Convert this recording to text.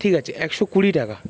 ঠিক আছে একশো কুড়ি টাকা